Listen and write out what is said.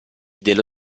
dello